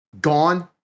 gone